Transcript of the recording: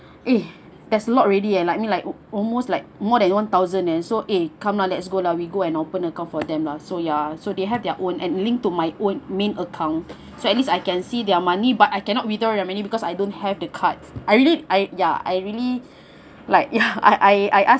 eh there's a lot already leh like me like almost like more than one thousand leh so eh come lah let's go lah we go and open account for them lah so ya so they have their own and linked to my own main account so at least I can see their money but I cannot withdraw their money because I don't have the cards I really I ya I really like ya I I ask